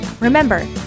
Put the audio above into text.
Remember